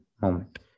moment